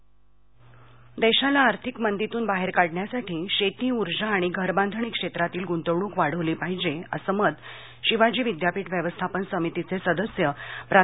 अधिवेशन सांगली देशाला आर्थिक मंदीतून बाहेर काढण्यासाठी शेती उर्जा आणि घरबांधणी क्षेत्रातील ग्रंतवणूक वाढवली पाहिजे असे मत शिवाजी विद्यापीठ व्यवस्थापन समितीचे सदस्य प्रा